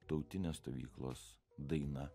tautinės stovyklos daina